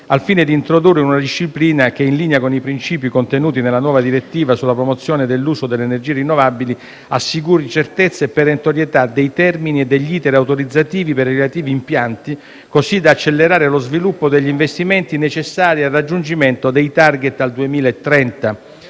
al fine di introdurre una disciplina che, in linea con i principi contenuti nella nuova direttiva sulla promozione dell'uso delle energie rinnovabili, assicuri certezza e perentorietà dei termini e degli *iter* autorizzativi per i relativi impianti, così da accelerare lo sviluppo degli investimenti necessari al raggiungimento dei *target* al 2030.